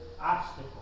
obstacle